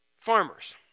Farmers